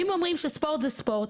אם אומרים שספורט זה ספורט,